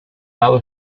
lado